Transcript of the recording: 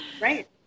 Right